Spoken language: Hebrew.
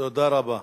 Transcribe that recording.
תודה רבה.